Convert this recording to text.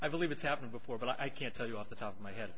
i believe it's happened before but i can't tell you off the top of my head